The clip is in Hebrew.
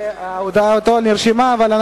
זה נרשם בפרוטוקול.